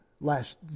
last